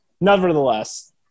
nevertheless